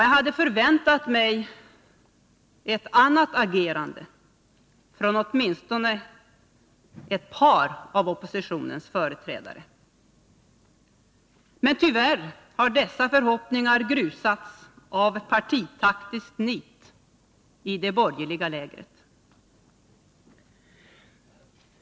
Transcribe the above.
Jag hade förväntat mig ett annat agerande från åtminstone ett par av oppositionens företrädare. Tyvärr har dessa förhoppningar grusats av partitaktiskt nit i det borgerliga lägret.